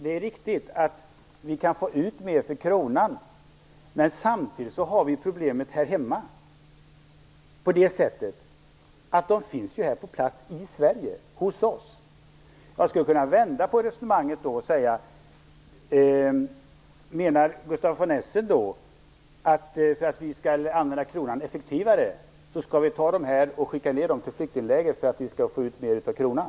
Det är riktigt att vi kan få ut mer av kronan, men samtidigt har vi problemet här hemma på det sättet att det finns flyktingar på plats här i Sverige, hos oss. Jag skulle kunna vända på resonemanget och säga: Menar Gustaf von Essen att vi, för att vi skall använda kronan effektivare, skall skicka våra flyktingar ner till flyktingläger för att få mer utav kronan?